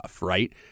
right